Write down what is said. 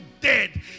dead